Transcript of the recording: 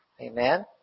Amen